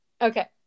Okay